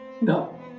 No